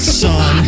son